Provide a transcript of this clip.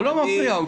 לא להפריע.